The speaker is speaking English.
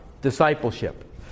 discipleship